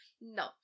No